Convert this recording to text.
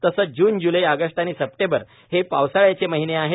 तसंच June July August आणि September हे पावसाळ्याचे महिने आहेत